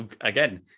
again